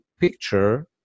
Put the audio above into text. picture